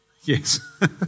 Yes